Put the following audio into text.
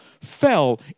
fell